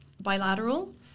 bilateral